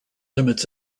limits